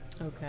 Okay